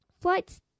Flights